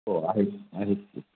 हो आहेत आहेत